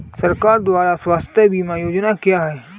सरकार द्वारा स्वास्थ्य बीमा योजनाएं क्या हैं?